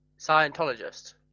scientologist